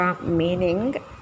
meaning